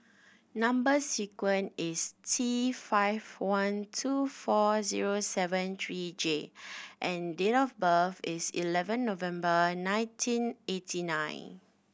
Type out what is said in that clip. number sequence is T five one two four zero seven three J and date of birth is eleven November nineteen eighty nine